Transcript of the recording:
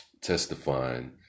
testifying